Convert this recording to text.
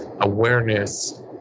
awareness